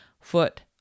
foot